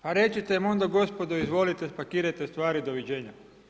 A recite im onda gospodo, izvolite, spakirajte stvari doviđenja.